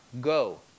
Go